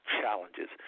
challenges